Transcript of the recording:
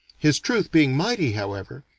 his truth being mighty, however,